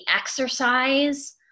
exercise